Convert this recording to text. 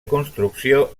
construcció